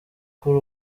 kuri